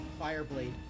Fireblade